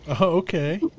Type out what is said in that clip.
okay